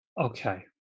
Okay